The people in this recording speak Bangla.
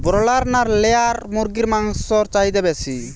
ব্রলার না লেয়ার মুরগির মাংসর চাহিদা বেশি?